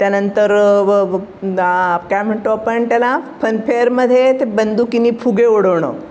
त्यानंतर व आ काय म्हणतो आपण त्याला फनफेअरमध्ये ते बंदुकीने फुगे उडवणं